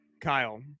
Kyle